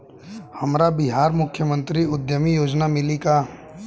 हमरा बिहार मुख्यमंत्री उद्यमी योजना मिली का?